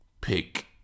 pick